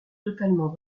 totalement